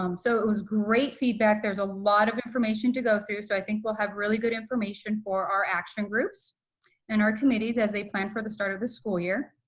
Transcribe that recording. um so it was great feedback, there's a lot of information to go through. so i think we'll have really good information for our action groups and our committees as they plan for the start of the school year.